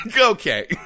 Okay